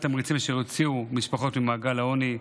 תמריצים שיוציאו משפחות ממעגל העוני.